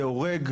זה הורג.